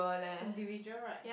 individual right